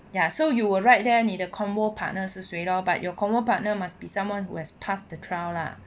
ya so you will write there 你的 convo partner 是谁 lor but your convo partner must be someone who has passed the trial lah